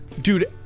Dude